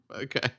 Okay